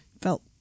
Felt